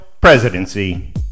Presidency